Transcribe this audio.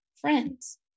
friends